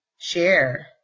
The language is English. share